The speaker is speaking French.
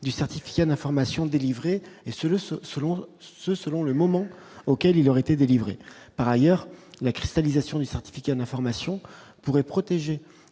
du certificat d'information délivrée et Selosse selon ce selon le moment auquel il aurait été délivrée par ailleurs la cristallisation du certificat d'information pourrait protéger